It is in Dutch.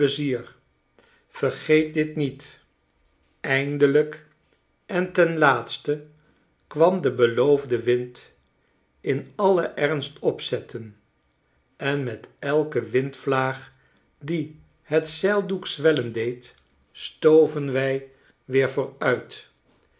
plezier vergeet dit niet i eindelijk en ten laatste kwam de beloofde wind in alien ernst opzetten en met elke windvlaag die het zeildoek zwellen deed stoven wij weer vooruit